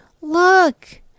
look